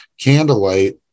Candlelight